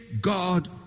God